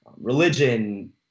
religion